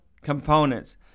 components